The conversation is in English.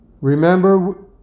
Remember